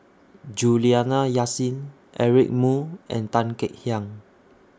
Juliana Yasin Eric Moo and Tan Kek Hiang